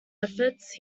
efforts